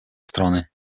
strony